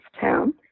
town